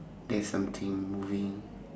there's something moving